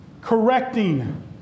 correcting